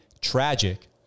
tragic